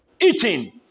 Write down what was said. eating